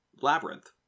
labyrinth